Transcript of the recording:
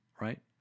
right